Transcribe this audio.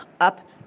Up